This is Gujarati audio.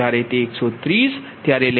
92 જ્યારે તે 130 છે ત્યારે λ78